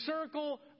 circle